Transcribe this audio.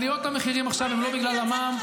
עליות המחירים עכשיו הן לא בגלל המע"מ,